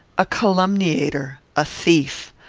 a calumniator, a thief.